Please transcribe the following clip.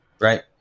right